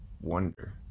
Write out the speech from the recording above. wonder